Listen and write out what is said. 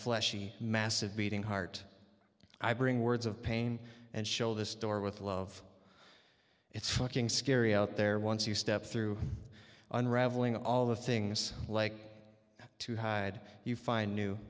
fleshy massive beating heart i bring words of pain and show this door with love it's fucking scary out there once you step through unraveling all the things like to hide you find new